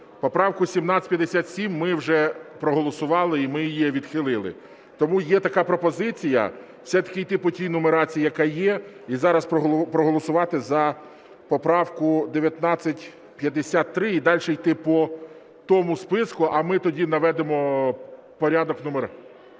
Поправку 1757 ми вже проголосували і ми її відхилили. Тому є така пропозиція: все-таки йти по тій нумерації, яка є, і зараз проголосувати за поправку 1953, і далі йти по тому списку. А ми тоді наведемо порядок в…